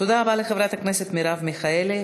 תודה רבה לחברת הכנסת מרב מיכאלי.